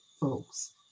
folks